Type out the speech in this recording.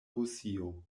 rusio